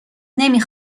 نمی